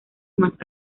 más